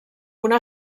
una